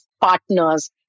partners